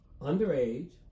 Underage